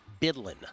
Bidlin